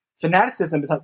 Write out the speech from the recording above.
fanaticism